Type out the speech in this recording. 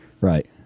Right